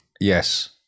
yes